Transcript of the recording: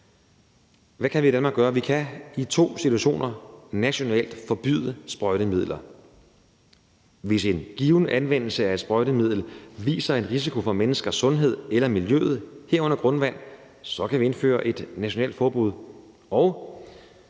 Hvad kan vi i Danmark gøre? Vi kan i to situationer nationalt forbyde sprøjtemidler. Hvis en given anvendelse af et sprøjtemiddel viser en risiko for menneskers sundhed eller miljøet, herunder grundvand, kan vi indføre et nationalt forbud.